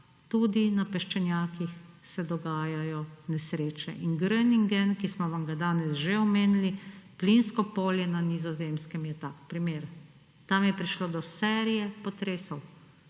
tudi na peščenjakih se dogajajo nesreče. Groningen, ki smo vam ga danes že omenili, plinsko polje na Nizozemskem, je tak primer. Tam je prišlo do serije potresov.